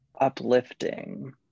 Uplifting